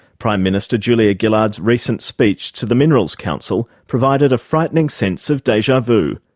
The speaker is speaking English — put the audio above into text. prime minister julia gillard's recent speech to the minerals council provided a frightening sense of deja vu.